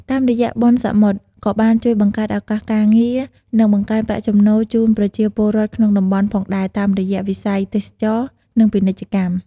តាមរយៈបុណ្យសមុទ្យ ក៏បានជួយបង្កើតឱកាសការងារ និងបង្កើនប្រាក់ចំណូលជូនប្រជាពលរដ្ឋក្នុងតំបន់ផងដែរតាមរយៈវិស័យទេសចរណ៍ និងពាណិជ្ជកម្ម។